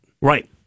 Right